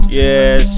yes